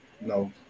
no